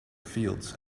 fields